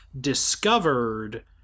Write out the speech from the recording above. discovered